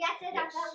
Yes